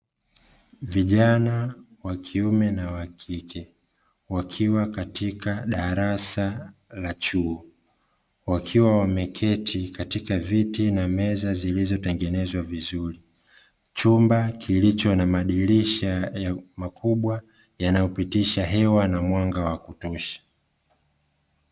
Vijana wakiume na wakike, wakiwa katika darasa la chuo, wakiwa wameketi katika viti na meza zilizotengenezwa vizuri, chumba kilicho na madirisha makubwa yanayopitisha hewa na mwanga wa kutosha.